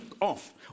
off